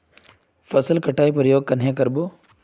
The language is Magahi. फसल कटाई प्रयोग कन्हे कर बो?